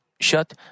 shut